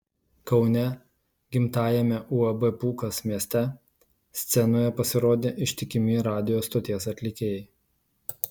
kaune gimtajame uab pūkas mieste scenoje pasirodė ištikimi radijo stoties atlikėjai